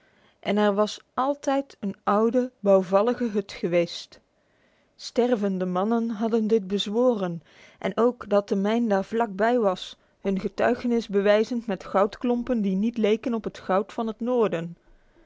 en er was altijd een oude bouwvallige hut geweest stervende mannen hadden dit bezworen en ook dat de mijn daar vlak bij was hun getuigenis bewijzend met goudklompen die niet leken op het goud van het noorden